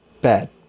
Bad